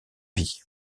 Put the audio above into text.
vie